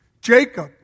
Jacob